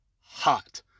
hot